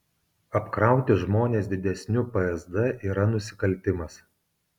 apkrauti žmones didesniu psd yra nusikaltimas